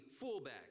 fullback